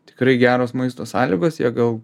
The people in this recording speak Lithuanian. tikrai geros maisto sąlygos jie gal